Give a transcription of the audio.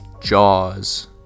jaws